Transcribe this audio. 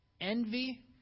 Envy